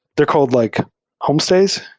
they're called like home stays.